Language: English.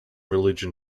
religion